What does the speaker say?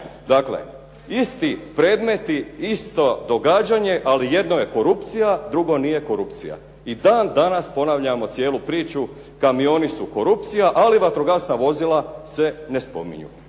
Dakle, isti predmeti, isto događanje ali jedno je korupcija, drugo nije korupcija. I dan danas ponavljamo cijelu priču. Kamioni su korupcija ali vatrogasna vozila se ne spominju.